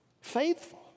faithful